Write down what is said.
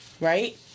right